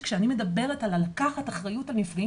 כשאני מדברת על לקחת אחריות על נפגעים